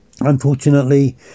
Unfortunately